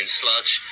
sludge